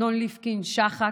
אמנון ליפקין שחק,